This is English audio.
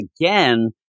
again